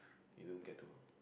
you don't get to